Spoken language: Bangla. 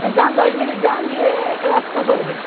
হ্যাঁ যান দশ মিনিট যান গিয়ে একটা রাস্তা পড়বে